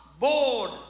bored